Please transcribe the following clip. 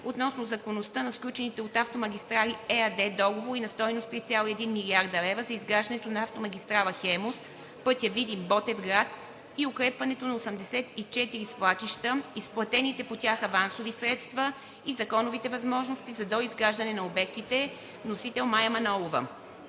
относно законността на сключените от „Автомагистрали“ ЕАД договори на стойност 3,1 млрд. лв. за изграждането на автомагистрала „Хемус“, пътя Видин – Ботевград и укрепването на 84 свлачища, изплатените по тях авансови средства и законовите възможности за доизграждане на обектите. Вносител – народният